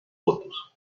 votos